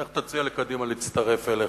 לך תציע לקדימה להצטרף אליך,